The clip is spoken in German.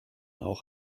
auch